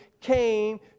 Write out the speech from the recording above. came